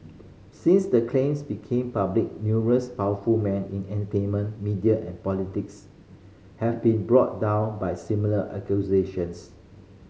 since the claims became public numerous powerful men in entertainment media and politics have been brought down by similar accusations